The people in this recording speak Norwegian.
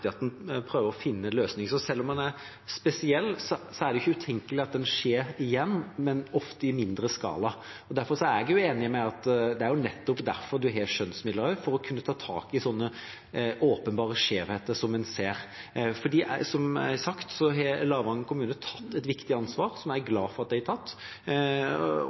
at en prøver å finne løsninger. Selv om saken er spesiell, er det ikke utenkelig at det skjer igjen, men ofte i mindre skala. Derfor er jeg uenig, for det er nettopp for å kunne ta tak i åpenbare skjevheter, som en ser her, at man har skjønnsmidler. Lavangen kommune har som sagt tatt et viktig ansvar, som jeg er glad for at de har tatt.